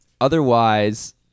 otherwise